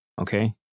Okay